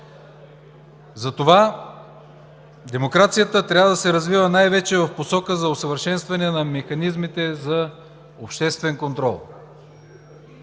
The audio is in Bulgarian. Затова демокрацията трябва да се развива най-вече в посока за усъвършенстване на механизмите за обществен контрол.